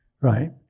right